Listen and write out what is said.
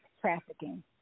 trafficking